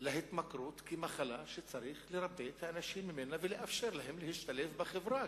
להתמכרות כאל מחלה שצריך לרפא את האנשים ממנה ולאפשר להם להשתלב בחברה,